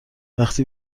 وقتی